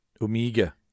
Omega